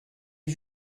est